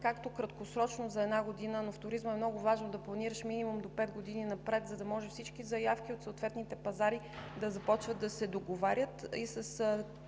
краткосрочно – за една година, но в туризма е много важно да планираш минимум до пет години напред, за да може всички заявки от съответните пазари да започват да се договарят.